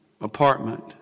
apartment